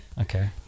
okay